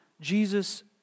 Jesus